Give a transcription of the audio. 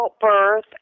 birth